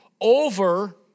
over